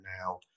now